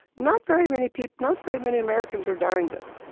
not very many people, not very many americans are dying there.